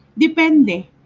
Depende